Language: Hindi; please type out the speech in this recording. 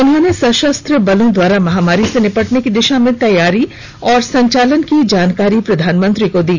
उन्होंने सशस्त्र बलों द्वारा महामारी से निपटने की दिशा में तैयारी और संचालन की जानकारी प्रधानमंत्री को दी